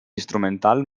instrumental